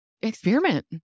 experiment